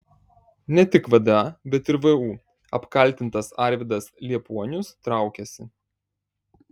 ne tik vda bet ir vu apkaltintas arvydas liepuonius traukiasi